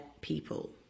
people